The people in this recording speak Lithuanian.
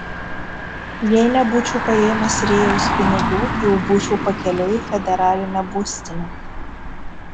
jei nebūčiau paėmęs rėjaus pinigų jau būčiau pakeliui į federalinę būstinę